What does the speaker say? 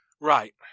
Right